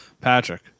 Patrick